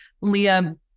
Leah